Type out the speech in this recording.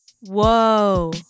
Whoa